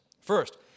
First